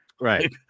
Right